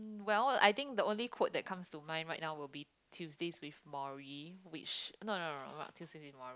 well I think the only quote that comes to mind right now would be Tuesdays-with-Morry which no no no not Tuesdays-With-Morry